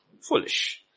foolish